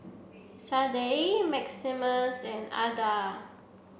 Sadye Maximus and Adda